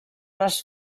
les